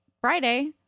Friday